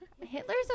Hitler's